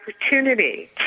opportunity